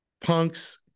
Punk's